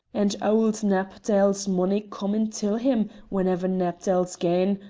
and auld knapdale's money comin' till him whenever knapdale's gane,